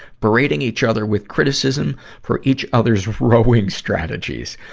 berating each other with criticism for each other's rowing strategies.